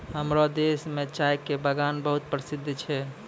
हमरो देश मॅ चाय के बागान बहुत प्रसिद्ध छै